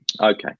Okay